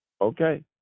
Okay